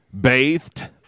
bathed